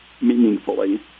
meaningfully